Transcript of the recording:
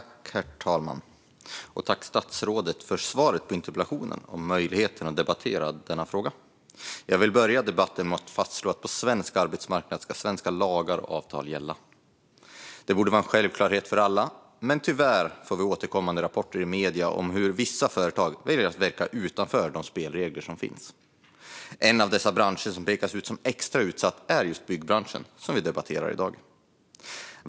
Herr talman! Jag tackar statsrådet för svaret på interpellationen och möjligheten att debattera denna fråga. Jag vill börja debatten med att fastslå att svenska lagar och avtal ska gälla på svensk arbetsmarknad. Det borde vara en självklarhet för alla, men tyvärr får vi återkommande rapporter i medierna om att vissa företag väljer att verka utanför de spelregler som finns. En av de branscher som pekas ut som extra utsatt är just byggbranschen, som vi debatterar i dag.